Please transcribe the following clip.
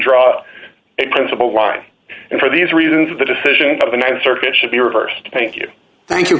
draw a principled line and for these reasons the decision of the th circuit should be reversed thank you thank you